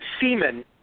semen